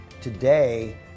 Today